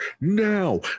now